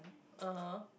uh [huh]